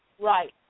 Right